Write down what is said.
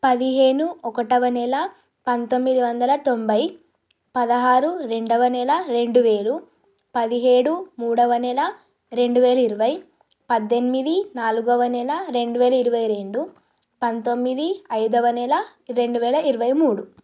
పదిహేను ఒకటవ నెల పంతొమ్మిది వందల తొంభై పదహారు రెండవ నెల రెండువేలు పదిహేడు మూడవ నెల రెండువేల ఇరవై మూడు పద్దెనిమిది నాలుగవ నెల రెండు వేల ఇరవై రెండు పంతొమ్మిది ఐదవ నెల రెండువేల ఇరవై మూడు